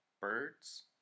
birds